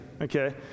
okay